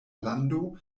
lando